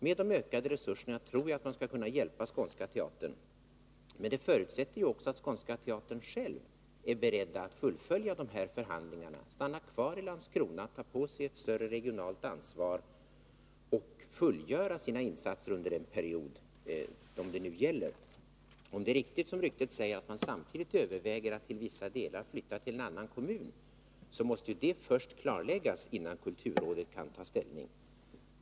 Med de ökade resurserna tror jag att man skall kunna hjälpa Skånska Teatern, men det förutsätter också att Skånska Teatern själv är beredd att fullfölja dessa förhandlingar, stanna kvar i Landskrona, ta på sig ett större regionalt ansvar och fullgöra sina insatser under den period det nu gäller. Om det är riktigt, som ryktet säger, att teatern samtidigt överväger att till vissa delar flytta till en annan kommun måste det först klarläggas innan kulturrådet kan ta ställning.